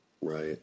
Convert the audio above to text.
Right